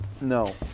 No